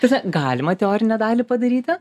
ta prasme galima teorinę dalį padaryti